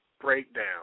breakdown